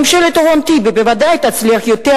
ממשלת אורון-טיבי בוודאי תצליח יותר